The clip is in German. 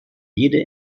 jede